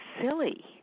silly